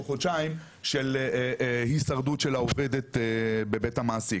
חודשיים של הישרדות של העובדת בבית המעסיק.